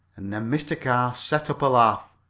and then mr. carr set up a laugh.